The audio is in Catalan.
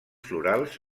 florals